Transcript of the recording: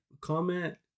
comment